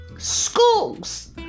Schools